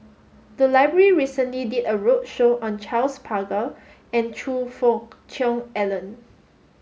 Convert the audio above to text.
the library recently did a roadshow on Charles Paglar and Choe Fook Cheong Alan